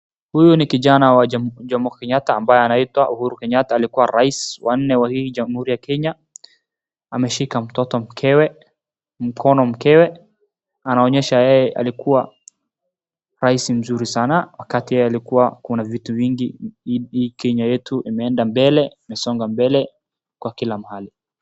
Huyu ni kijana wa Jomo Kenyatta ambaye anaitwa Uhuru Kenyatta alikuwa rais wa nne wa hii Jamhuri ya Kenya. Ameshika mtoto mkewe, mkono mkewe anaonyesha yeye alikuwa rais mzuri sana. Wakati yeye alikuwa kuna vitu vingi hii Kenya yetu imeenda mbele, imesonga mbele kwa kila mahali.